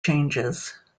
changes